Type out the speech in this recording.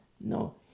No